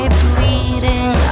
bleeding